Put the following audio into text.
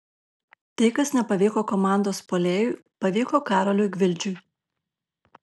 tai kas nepavyko komandos puolėjui pavyko karoliui gvildžiui